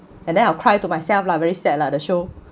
and then I'll cry to myself lah very sad lah the show